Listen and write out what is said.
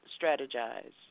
strategize